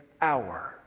hour